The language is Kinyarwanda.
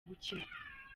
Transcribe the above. gukina